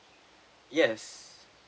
yes